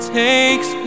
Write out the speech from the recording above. takes